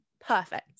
perfect